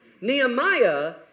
Nehemiah